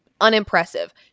Unimpressive